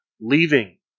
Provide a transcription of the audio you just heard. leaving